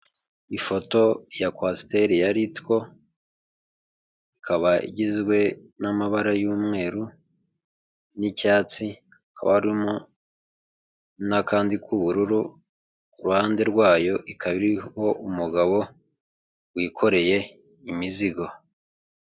Mu nzu y'ubwiteganyirize mu kwivuza ya ara esi esibi hicayemo abantu benshi batandukanye, higanjemo abakozi b'iki kigo ndetse n'abaturage baje kwaka serivise.